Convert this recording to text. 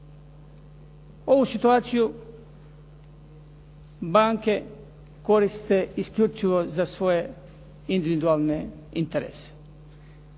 Ovu situaciju banke koriste isključivo za svoje individualne interese.